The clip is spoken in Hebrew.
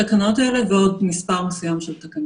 -- ועוד מספר מסוים של תקנות.